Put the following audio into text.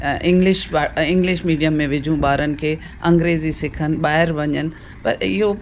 English व English medium में विझूं ॿारनि खे अंग्रेज़ी सिखन ॿाहिरि वञनि पर इहो